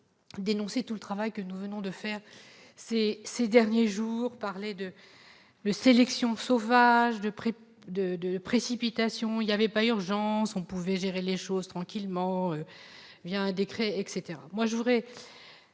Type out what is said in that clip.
dénoncé tout le travail que nous venons de faire cesser ces derniers jours par les 2 sélections sauvage de près de de précipitations, il y avait pas urgence on pouvait gérer les choses tranquillement, via un décret etc, moi je voudrais